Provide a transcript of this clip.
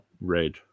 red